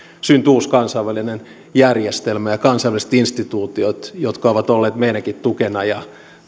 syntyi uusi kansainvälinen järjestelmä ja kansainväliset instituutiot jotka ovat olleet meidänkin tukenamme ja